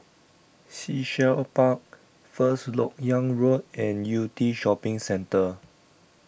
Sea Shell Park First Lok Yang Road and Yew Tee Shopping Centre